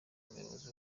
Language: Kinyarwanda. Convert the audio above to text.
abayobozi